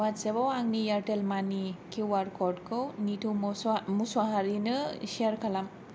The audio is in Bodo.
व्हाट्सएपाव आंनि एयारटेल मानि किउ आर क'ड खौ निथु मुसाहारिनो सेयार खालाम